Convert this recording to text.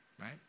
right